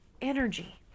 energy